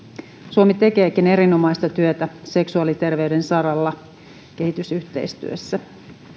suomi tekeekin erinomaista työtä seksuaaliterveyden saralla kehitysyhteistyössä